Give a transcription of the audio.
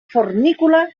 fornícula